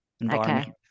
environment